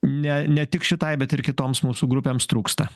ne ne tik šitai bet ir kitoms mūsų grupėms trūksta